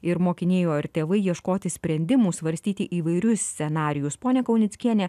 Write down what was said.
ir mokiniai o ir tėvai ieškoti sprendimų svarstyti įvairius scenarijus ponia kaunickiene